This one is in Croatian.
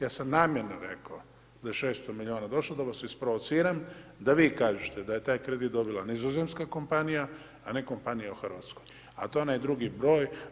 Ja sam namjerno rekao da je 600 milijuna došlo da vas isprovociram da vi kažete da je taj kredit dobila nizozemska kompanija, a ne kompanija u Hrvatskoj, a to je onaj drugi broj.